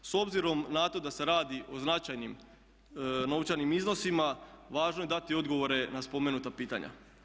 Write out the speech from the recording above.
S obzirom na to da se radi o značajnim novčanim iznosima važno je dati odgovore na spomenuta pitanja.